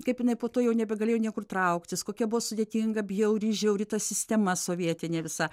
kaip jinai po to jau nebegalėjo niekur trauktis kokia buvo sudėtinga bjauri žiauri ta sistema sovietinė visa